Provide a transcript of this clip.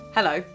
Hello